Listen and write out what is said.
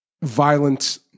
violent